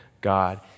God